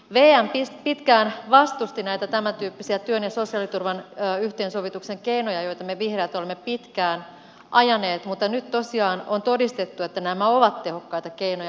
vm pitkään vastusti näitä tämäntyyppisiä työn ja sosiaaliturvan yhteensovituksen keinoja joita me vihreät olemme pitkään ajaneet mutta nyt tosiaan on todistettu että nämä ovat tehokkaita keinoja